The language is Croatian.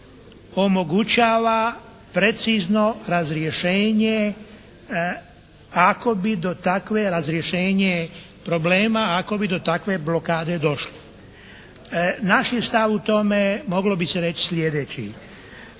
bi do takve razrješenje problema, ako bi do takve blokade došlo. Naš je stav u tome moglo bi se reći slijedeći.